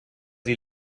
sie